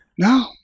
No